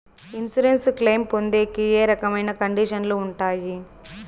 Insurance claim పొందేకి ఏ రకమైన కండిషన్లు ఉంటాయి?